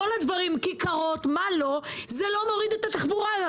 כיכרות זה לא יוריד את התחבורה,